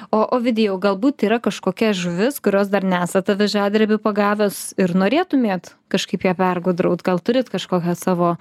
o ovidijau galbūt yra kažkokia žuvis kurios dar nesat avižadrebiu pagavęs ir norėtumėt kažkaip ją pergudraut gal turit kažkokią savo